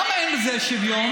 למה אין בזה שוויון?